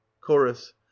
chorus